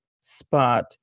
spot